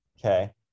Okay